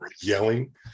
yelling